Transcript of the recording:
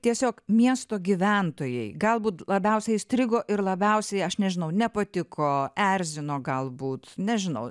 tiesiog miesto gyventojai galbūt labiausiai įstrigo ir labiausiai aš nežinau nepatiko erzino galbūt nežinau